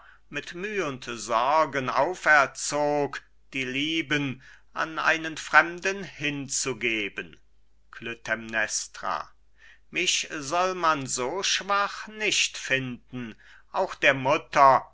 mit müh und sorgen auferzog die lieben an einen fremden hinzugeben klytämnestra mich soll man so schwach nicht finden auch der mutter